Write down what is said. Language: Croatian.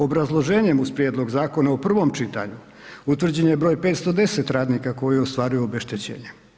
Obrazloženjem uz prijedlog zakona u prvom čitanju, utvrđen je broj 510 radnika koji ostvaruju obeštećenje.